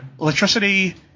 electricity